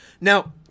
now